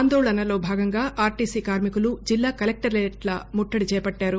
అందోళనలో భాగంగా ఆర్టీసీ కార్మికులు జిల్లా కలెక్టరేట్ల ముట్టది చేపట్టారు